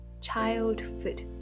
Childhood